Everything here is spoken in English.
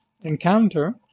encounter